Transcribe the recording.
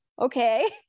okay